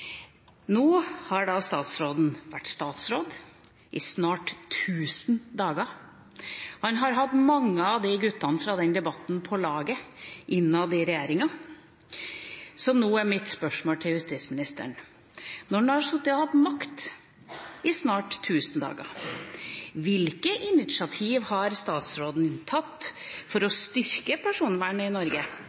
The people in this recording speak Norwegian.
Nå har statsråden vært statsråd i snart tusen dager. Han har fått mange av de gutta fra den debatten med på laget, innad i regjeringa. Så nå er mitt spørsmål til justisministeren: Når han har sittet og hatt makt i snart tusen dager – hvilke initiativ har statsråden tatt for å styrke personvernet i Norge?